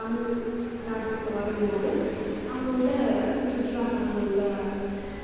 தமிழ் நாட்டுக்கு வரும்போது அங்கே உள்ள சுற்றுலா தலங்களில்